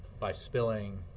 by spilling